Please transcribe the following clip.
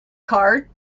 card